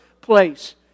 place